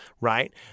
right